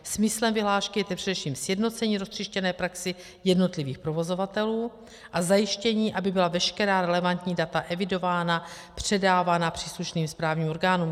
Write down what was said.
Smyslem vyhlášky je především sjednocení roztříštěné praxe jednotlivých provozovatelů a zajištění, aby byla veškerá relevantní data evidována, předávána příslušným správním orgánům.